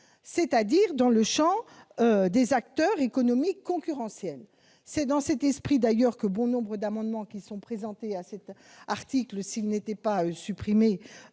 c'est-à-dire dans le champ des acteurs économiques concurrentiels. C'est dans cet esprit, d'ailleurs, que bon nombre d'amendements qui seront présentés à cet article, s'il n'était pas supprimé,